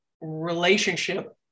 relationship